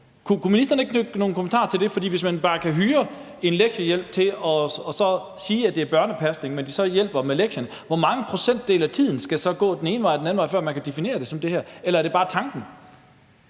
Kunne ministeren ikke knytte nogen kommentarer til det? For hvis man bare kan hyre en lektiehjælp og så sige, at det er børnepasning, men at vedkommende så hjælper børnene med lektierne, hvor stor en procentdel af tiden skal så gå med det ene og det andet, før man kan definere det, som det gøres her? Eller er det bare nok